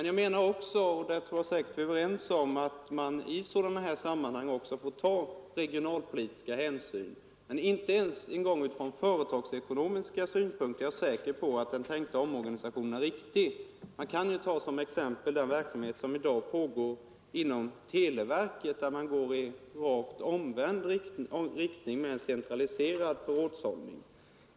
Jag anser — och där är vi säkert överens — att man i sådana här sammanhang också får ta regionalpolitiska hänsyn, men jag är inte säker på att den tänkta omorganisationen är riktig ens från företagsekonomiska synpunkter. Jag vill nämna den verksamhet som i dag pågår inom televerket, där man går i rakt omvänd riktning och arbetar på att få till stånd en centraliserad förrådshållning.